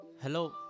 Hello